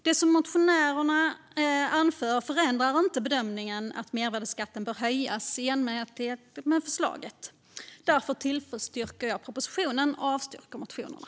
Det som motionärerna anför förändrar inte bedömningen att mervärdesskatten bör höjas i enlighet med förslaget. Därför yrkar jag bifall till propositionen och avslag på motionerna.